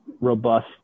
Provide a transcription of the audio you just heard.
robust